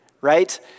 right